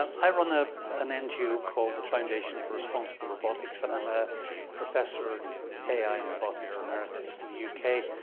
um i run ah an and ngo called the foundation for responsible robotics and i'm a professor of ai and robotics emeritus in the u k.